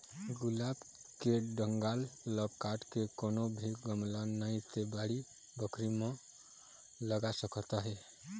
गुलाब के डंगाल ल काट के कोनो भी गमला नइ ते बाड़ी बखरी म लगा सकत हे